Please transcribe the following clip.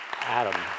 Adam